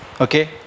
okay